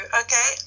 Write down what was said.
okay